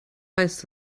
heißt